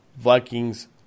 Vikings